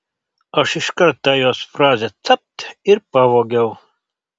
aš iškart tą jos frazę capt ir pavogiau